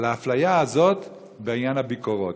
על האפליה הזאת בעניין הביקורות.